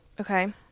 Okay